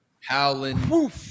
Howling